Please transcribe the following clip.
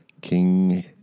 King